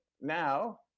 now